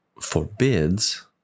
forbids